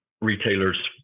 retailers